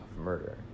murder